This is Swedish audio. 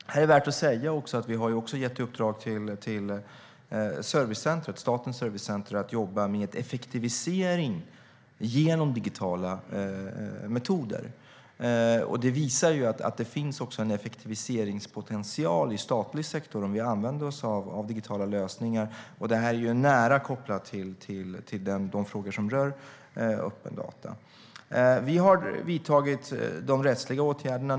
Här är det värt att säga att vi också har gett uppdrag till Statens servicecenter att jobba med effektivisering genom digitala metoder. Det visar att det finns en effektiviseringspotential i statlig sektor om vi använder oss av digitala lösningar. Det är nära kopplat till de frågor som rör öppna data. Vi har vidtagit de rättsliga åtgärderna.